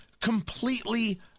completely